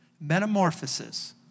metamorphosis